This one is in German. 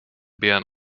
bären